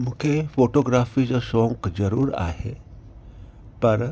मूंखे फोटोग्राफी जो शौंक़ु ज़रूर आहे पर